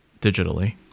digitally